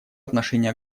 отношении